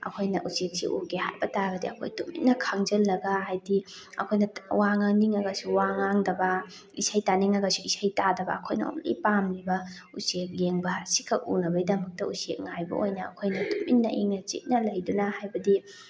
ꯑꯩꯈꯣꯏꯅ ꯎꯆꯦꯛꯁꯤ ꯎꯒꯦ ꯍꯥꯏꯕ ꯇꯥꯔꯗꯤ ꯑꯩꯈꯣꯏ ꯇꯨꯃꯤꯟꯅ ꯈꯥꯡꯖꯜꯂꯒ ꯍꯥꯏꯗꯤ ꯑꯩꯈꯣꯏꯅ ꯋꯥ ꯉꯥꯡꯅꯤꯡꯉꯒꯁꯨ ꯋꯥ ꯉꯥꯡꯗꯕ ꯏꯁꯩ ꯇꯥꯅꯤꯡꯉꯒꯁꯨ ꯏꯁꯩ ꯇꯥꯗꯕ ꯑꯩꯈꯣꯏꯅ ꯑꯣꯡꯂꯤ ꯄꯥꯝꯂꯤꯕ ꯎꯆꯦꯛ ꯌꯦꯡꯕ ꯁꯤꯈꯛ ꯎꯅꯕꯒꯤꯗꯃꯛꯇ ꯎꯆꯦꯛ ꯉꯥꯏꯕ ꯑꯣꯏꯅ ꯑꯩꯈꯣꯏꯅ ꯇꯨꯃꯤꯟꯅ ꯏꯪꯅ ꯆꯤꯛꯅ ꯂꯩꯗꯨꯅ ꯍꯥꯏꯕꯗꯤ